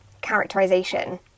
characterisation